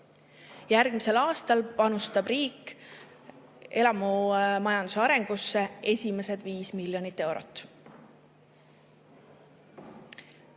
Järgmisel aastal panustab riik elamumajanduse arengusse esimesed 5 miljonit eurot.